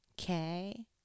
okay